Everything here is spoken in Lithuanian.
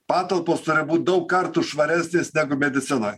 patalpos turi būt daug kartų švaresnės negu medicinoj